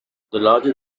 larger